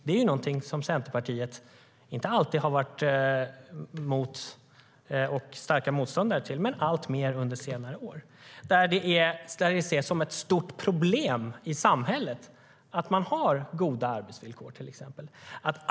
Det är någonting som Centerpartiet inte alltid har varit starka motståndare till men har blivit det alltmer under senare år. Det ses till exempel som ett stort problem i samhället att man har goda arbetsvillkor.